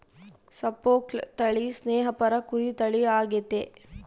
Suffolk ತಳಿ ಸ್ನೇಹಪರ ಕುರಿ ತಳಿ ಆಗೆತೆ